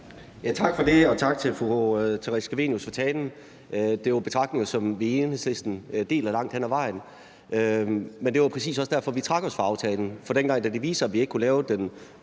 Tak for det, og tak til fru Theresa Scavenius for talen. Det er jo betragtninger, som vi i Enhedslisten deler langt hen ad vejen, men det var præcis også derfor, vi trak os fra aftalen, for dengang det viste sig, at vi ikke kunne lave den